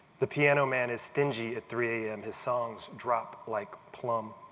the piano man is stingy at three am, his songs drop like plum.